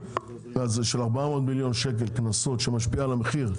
של 400 מיליון שקלים קנסות שמשפיע על המחיר,